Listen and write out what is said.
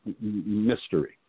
mystery